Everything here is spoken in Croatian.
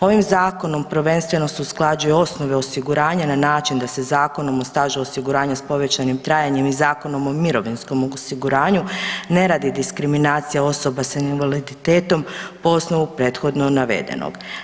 Ovim zakonom prvenstveno se usklađuju osnove osiguranja na način da se Zakonom o stažu osiguranja s povećanim trajanjem i Zakonom o mirovinskom osiguranju ne radi diskriminacija osoba s invaliditetom po osnovu prethodno navedenog.